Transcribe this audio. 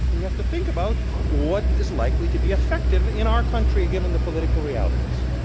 and you have to think about what is likely to be effective in our country given the political realities.